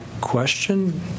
question